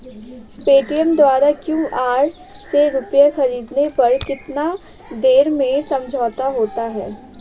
Paytm द्वारा QR से रूपए ख़रीदने पर कितनी देर में समझौता होता है?